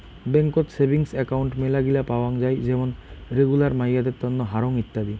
বেংকত savings account মেলাগিলা পাওয়াং যাই যেমন রেগুলার, মাইয়াদের তন্ন, হারং ইত্যাদি